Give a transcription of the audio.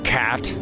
cat